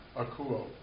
akuo